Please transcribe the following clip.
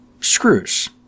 screws